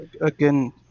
Again